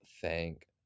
thank